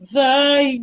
thy